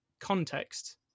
context